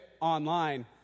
online